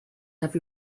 have